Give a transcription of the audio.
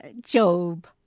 Job